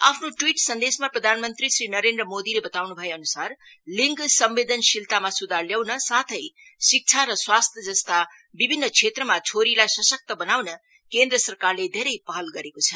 आफ्नो ट्वीट सन्देशमा प्रधान मंत्री श्री नरेन्द्र मोदीले बताउनु भएअनुसार लिङ्ग सम्बेदनशीलतामा सुधार ल्याउन साथै शिक्षा र स्वास्थ्य जस्ता विभिन्न क्षेत्रमा छोरीलाई सशक्त बनाउन केन्द्र सरकारले धेरै पहल गरेको छ